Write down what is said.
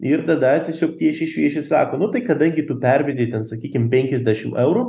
ir tada tiesiog tiešiai šviešiai sako nu tai kadangi tu pervedei ten sakykim penkiasdešim eurų